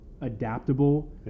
adaptable